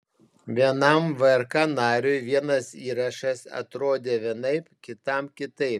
vienam vrk nariui vienas įrašas atrodė vienaip kitam kitaip